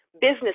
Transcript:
business